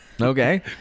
okay